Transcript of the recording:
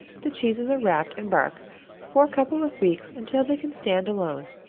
the cheeses are wrapped in bark for a couple of weeks until they can stand alone.